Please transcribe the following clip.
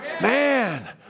Man